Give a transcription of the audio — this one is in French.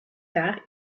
tard